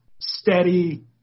steady